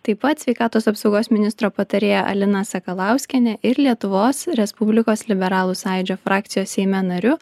taip pat sveikatos apsaugos ministro patarėja alina sakalauskiene ir lietuvos respublikos liberalų sąjūdžio frakcijos seime nariu